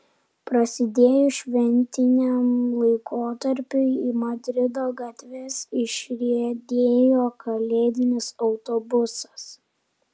prasidėjus šventiniam laikotarpiui į madrido gatves išriedėjo kalėdinis autobusas